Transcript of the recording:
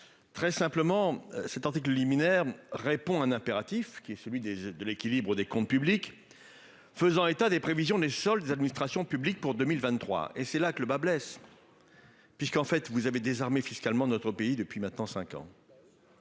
Très simplement, cet article liminaire répond à un impératif qui est celui des de l'équilibre des comptes publics. Faisant état des prévisions les soldes des administrations publiques pour 2023 et c'est là que le bât blesse. Puisqu'en fait vous avez désarmer fiscalement notre pays depuis maintenant 5 ans.